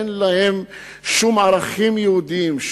אין להם שום ערכים יהודיים,